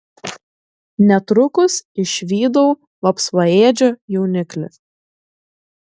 netrukus išvydau vapsvaėdžio jauniklį